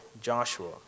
Joshua